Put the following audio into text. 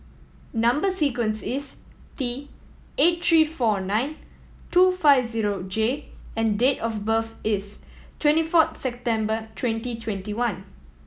number sequence is T eight three four nine two five zero J and date of birth is twenty fourth September twenty twenty one